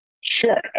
Sure